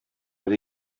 oedd